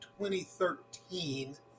2013